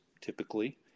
typically